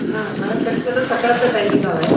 हां मला शक्यतो सकाळचा टायमिंग हवं आहे